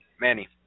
Manny